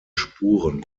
spuren